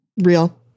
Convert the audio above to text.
real